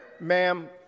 ma'am